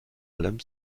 allem